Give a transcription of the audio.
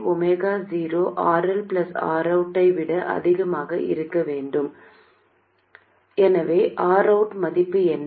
1 0RL Rout ஐ விட அதிகமாக இருக்க வேண்டும் எனவே Rout மதிப்பு என்ன